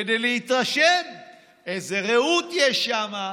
כדי להתרשם, איזו ראות יש שם,